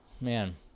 man